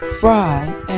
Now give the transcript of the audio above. fries